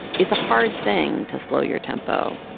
it's a hard thing to slow your tempo.